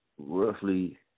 roughly